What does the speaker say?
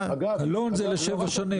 קלון זה לשבע שנים.